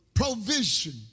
Provision